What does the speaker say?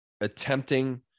attempting